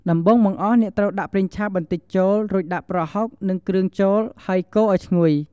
ដំបូងបង្អស់ អ្នកត្រូវដាក់ប្រេងឆាបន្តិចចូល រួចដាក់ប្រហុក និងគ្រឿងចូលហើយកូរអោយឈ្ងុយ។